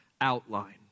outline